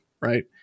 Right